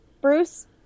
Bruce